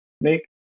make